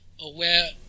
aware